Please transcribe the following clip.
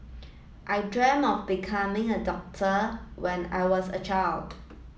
I dreamt of becoming a doctor when I was a child